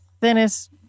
thinnest—